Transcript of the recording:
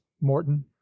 morton